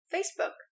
Facebook